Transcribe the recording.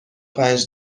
پنج